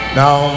now